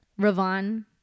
Ravon